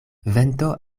vento